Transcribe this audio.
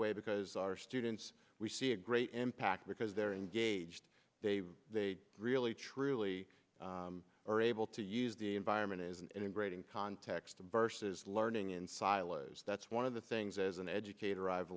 way because our students we see a great impact because they're engaged they really truly are able to use the environment is an integrating context of verses learning in silos that's one of the things as an educator i've